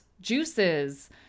juices